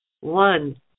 One